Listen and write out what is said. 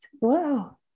Wow